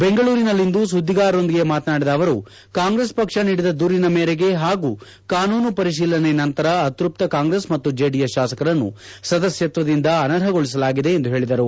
ಬೆಂಗಳೂರಿನಲ್ಲಿಂದು ಸುದ್ದಿಗಾರರೊಂದಿಗೆ ಮಾತನಾಡಿದ ಅವರು ಕಾಂಗ್ರೆಸ್ ಪಕ್ಷ ನೀಡಿದ ದೂರಿನ ಮೇರೆಗೆ ಹಾಗೂ ಕಾನೂನು ಪರಿಶೀಲನೆ ನಂತರ ಅತ್ಯಸ್ತ ಕಾಂಗ್ರೆಸ್ ಮತ್ತು ಜೆಡಿಎಸ್ ಶಾಸಕರನ್ನು ಸದಸ್ಸತ್ತದಿಂದ ಅನರ್ಹಗೊಳಿಸಲಾಗಿದೆ ಎಂದು ಹೇಳಿದರು